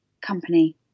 company